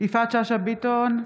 יפעת שאשא ביטון,